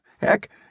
Heck